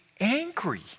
angry